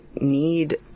need